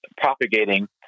propagating